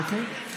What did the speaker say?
אוקיי.